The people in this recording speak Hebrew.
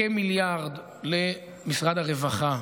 כמיליארד למשרד הרווחה,